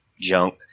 junk